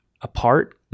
apart